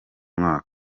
mwaka